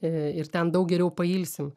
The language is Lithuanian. ir ten daug geriau pailsim